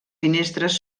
finestres